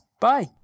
Bye